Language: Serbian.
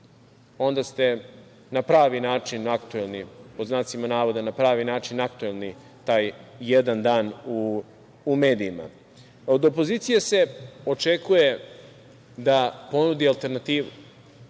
Onda ste na pravi način aktuelni, pod znacima navoda, na pravi način aktuelni taj jedan dan u medijima. Od opozicije se očekuje da ponudi alternativu,